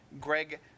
Greg